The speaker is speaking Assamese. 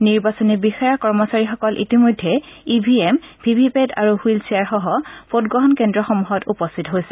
নিৰ্বাচনী বিষয়া কৰ্মচাৰীসকল ইতিমধ্যে E V M V V PAT আৰু হুইল চেয়াৰসহ ভোটগ্ৰহণ কেন্দ্ৰসমূহত উপস্থিত হৈছে